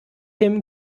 him